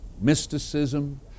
mysticism